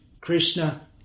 Krishna